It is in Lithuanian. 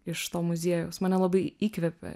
iš to muziejaus mane labai įkvėpė